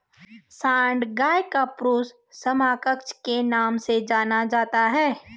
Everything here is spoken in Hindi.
सांड गाय का पुरुष समकक्ष के नाम से जाना जाता है